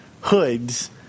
hoods